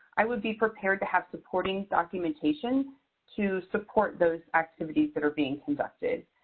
i would be prepared to have supporting documentation to support those activities that are being conducted.